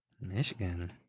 Michigan